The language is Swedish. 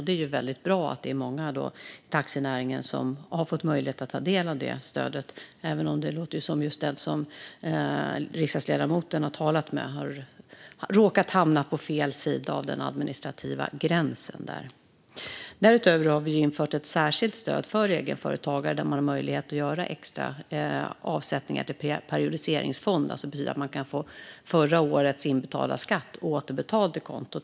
Det är väldigt bra att många inom taxinäringen har fått möjlighet att ta del av detta stöd, även om det lät som att just den som riksdagsledamoten hade talat med hade råkat hamna på fel sida av den administrativa gränsen. Vidare har vi infört ett särskilt stöd för egenföretagare genom att de har möjlighet att göra extra avsättningar till periodiseringsfond. Det betyder att man kan få förra årets inbetalda skatt återbetald till kontot.